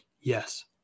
Yes